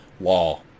law